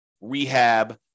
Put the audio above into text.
rehab